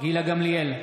גילה גמליאל,